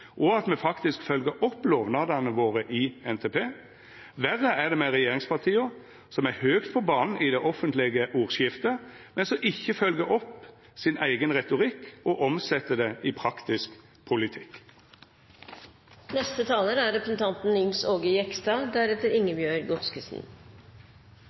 og at me faktisk følgjer opp lovnadene våre i NTP. Verre er det med regjeringspartia, som er høgt på banen i det offentlege ordskiftet, men som ikkje følgjer opp sin eigen retorikk og omset han i praktisk